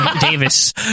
Davis